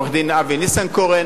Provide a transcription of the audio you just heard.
עורך-הדין אבי ניסנקורן,